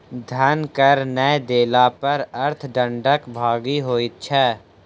धन कर नै देला पर अर्थ दंडक भागी होइत छै